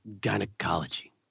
Gynecology